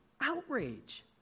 outrage